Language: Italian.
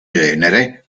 genere